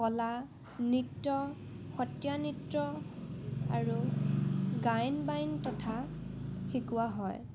কলা নৃত্য সত্ৰীয়া নৃত্য আৰু গায়ন বায়ন তথা শিকোৱা হয়